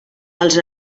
els